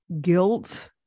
guilt